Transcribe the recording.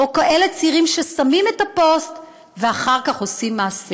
או כאלה צעירים ששמים את הפוסט ואחר כך עושים מעשה.